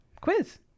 quiz